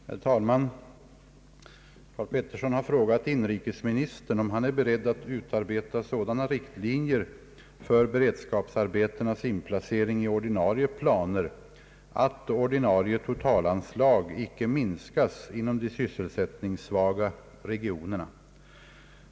Herr talman! Herr Karl Pettersson har frågat inrikesministern om han är beredd att utarbeta sådana riktlinjer för beredskapsarbetenas inplacering i ordinarie planer att ordinarie totalanslag icke minskas inom de sysselsättningssvaga regionerna.